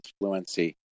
fluency